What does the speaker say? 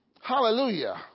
Hallelujah